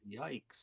yikes